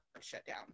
shutdown